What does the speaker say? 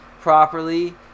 properly